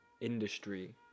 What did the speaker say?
industry